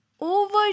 over